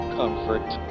comfort